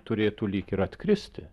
turėtų lyg ir atkristi